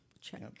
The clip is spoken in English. Check